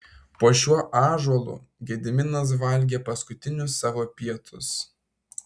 po šiuo ąžuolu gediminas valgė paskutinius savo pietus